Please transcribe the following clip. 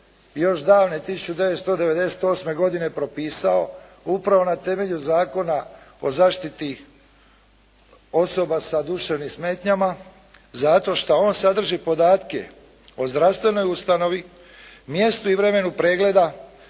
još davne 1998. godine propisao upravo na temelju Zakona o zaštiti osoba sa duševnim smetnjama zato što on sadrži podatke o zdravstvenoj ustanovi, mjestu i vremenu pregleda,